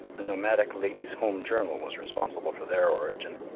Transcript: a nomadic ladies' home journal was responsible for their origin.